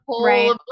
Right